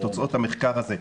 תוצאות המחקר הזה.